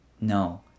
No